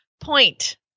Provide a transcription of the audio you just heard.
Point